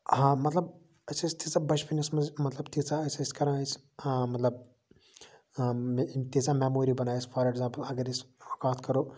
ہاں مطلب أسۍ ٲسۍ تیٖژاہ بَچپَنِس منٛز مطلب تیٖژاہ أسۍ ٲسۍ کران ٲسۍ ہاں مطلب تیٖژاہ میموری بَناوِ اَسہِ فار اٮ۪کزامپٕل اَگر أسۍ کَتھ کَرو